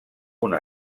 una